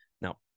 now